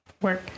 work